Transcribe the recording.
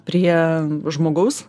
prie žmogaus